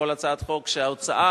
כל הצעת חוק שהוצאה,